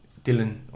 Dylan